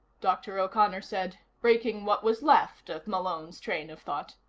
dr. o'connor said, breaking what was left of malone's train of thought,